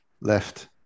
left